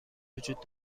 وجود